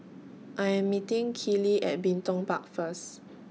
I Am meeting Keeley At Bin Tong Park First